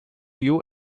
you